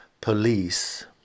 police